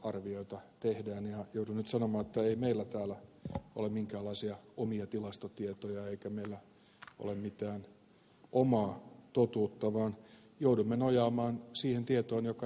joudun nyt sanomaan että ei meillä täällä ole minkäänlaisia omia tilastotietoja eikä meillä ole mitään omaa totuutta vaan joudumme nojaamaan siihen tietoon joka eduskunnalle annetaan